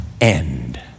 End